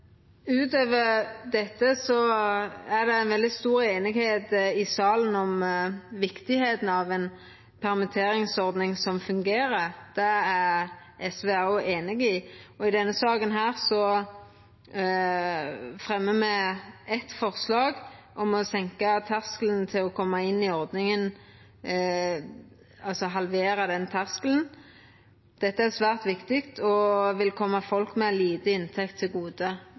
Utover dette er det ei veldig stor einigheit i salen om viktigheita av ei god permitteringsordning som fungerer. Det er SV òg einig i, og i denne saka fremjar me eitt forslag om å senka terskelen for å koma inn i ordninga, altså å halvera den terskelen. Dette er svært viktig og vil koma folk med lite inntekt til gode.